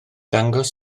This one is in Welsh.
dangos